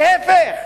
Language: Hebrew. להיפך.